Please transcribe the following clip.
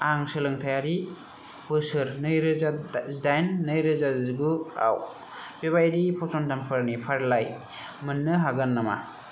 आं सोलोंथायारि बोसोर नैरोजा जिदाइन नैरोजा जिगुआव बेबायदि फसंथानफोरनि फारिलाइ मोन्नो हागोन नामा